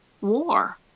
war